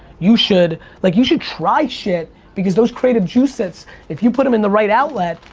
you should like you should try shit because those creative juices if you put them in the right outlet,